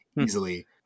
easily